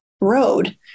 road